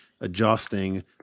adjusting